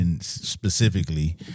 specifically